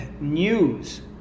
news